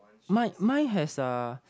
my my has a